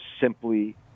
simply